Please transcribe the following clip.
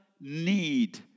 need